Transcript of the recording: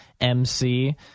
MC